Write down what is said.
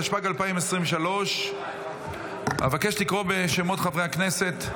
התשפ"ג 2023. אבקש לקרוא בשמות חברי הכנסת.